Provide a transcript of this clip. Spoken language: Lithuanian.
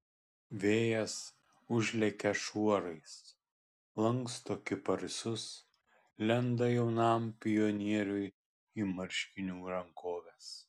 vėjas užlekia šuorais lanksto kiparisus lenda jaunam pionieriui į marškinių rankoves